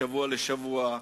משבוע לשבוע,